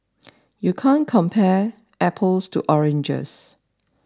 you can't compare apples to oranges